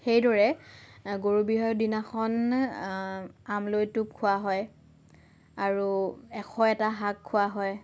সেইদৰে গৰু বিহুৰ দিনাখন আমৰলি টোপ খোৱা হয় আৰু এশ এটা শাক খোৱা হয়